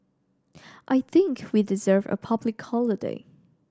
I think we deserve a public holiday